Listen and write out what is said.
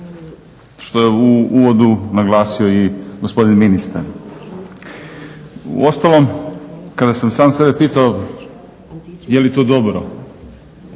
što je u uvodu naglasio i gospodin ministar. Uostalom kada sam sebe pitao je li to dobro,